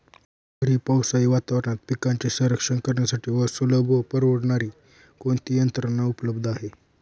लहरी पावसाळी वातावरणात पिकांचे रक्षण करण्यासाठी सुलभ व परवडणारी कोणती यंत्रणा उपलब्ध आहे?